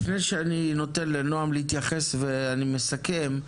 האיזון הזה הוא קריטי וחשוב.